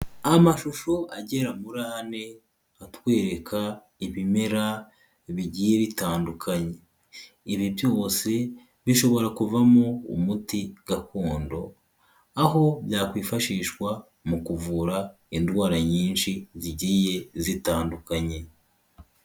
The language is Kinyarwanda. Amashusho agera muri ane, atwereka ibimera bigiye bitandukanye. Ibi byose bishobora kuvamo umuti gakondo, aho byakwifashishwa mu kuvura indwara nyinshi, zigiye zitandukanye.